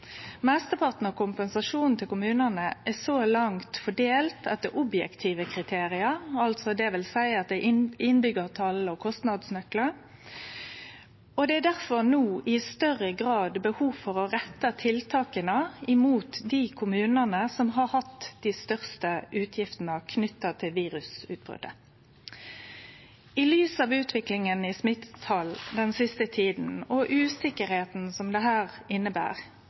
Mesteparten av kompensasjonen til kommunane er så langt fordelt etter objektive kriterium, dvs. etter innbyggjartal og kostnadsnøklar. Difor er det no i større grad behov for å rette tiltaka mot dei kommunane som har hatt dei største utgiftene knytte til virusutbrotet. I lys av utviklinga i smittetala den siste tida og usikkerheita som dette inneber, og for å vareta at utgiftene varierer mellom kommunar og fylkeskommunar, vurderer departementet det